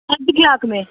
अधु किलाक में